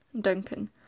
duncan